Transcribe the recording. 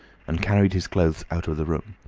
and carried his clothes out of the room.